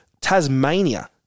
Tasmania